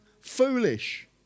foolish